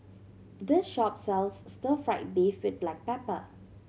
this shop sells stir fried beef with black pepper